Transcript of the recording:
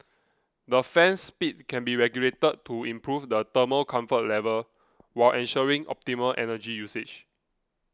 the fan speed can be regulated to improve the thermal comfort level while ensuring optimal energy usage